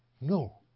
No